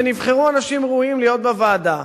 ונבחרו אנשים ראויים להיות בוועדה,